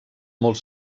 molt